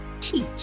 teach